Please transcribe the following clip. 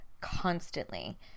constantly